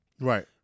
Right